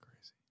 crazy